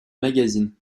magazine